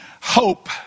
hope